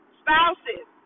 spouses